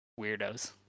weirdos